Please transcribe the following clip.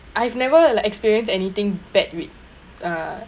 I've never like experienced anything bad with uh